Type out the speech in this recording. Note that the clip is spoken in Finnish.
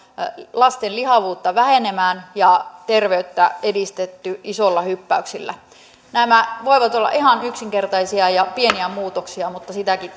lasten lihavuutta vähenemään ja terveyttä edistetty isoilla hyppäyksillä nämä voivat olla ihan yksinkertaisia ja pieniä muutoksia mutta sitäkin